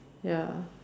ya